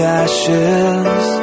ashes